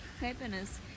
happiness